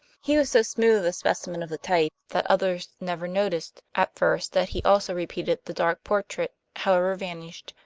he was so smooth a specimen of the type that others never noticed, at first, that he also repeated the dark portrait, however varnished,